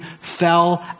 fell